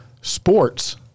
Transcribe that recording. Sports